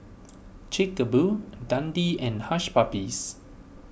Chic A Boo Dundee and Hush Puppies